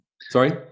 sorry